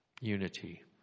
unity